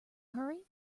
hurry